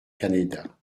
canéda